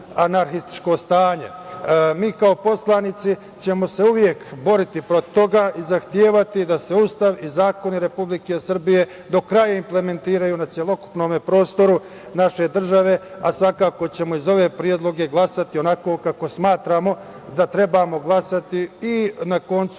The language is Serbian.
anarhističko stanje. Mi kao poslanici ćemo se uvek boriti protiv toga i zahtevati da se Ustav i zakoni Republike Srbije do kraja implementiraju na celokupnom prostoru naše države, a svakako ćemo iz za ove predloge glasati onako kako smatramo da trebamo glasati i vrednujući